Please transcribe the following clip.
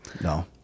No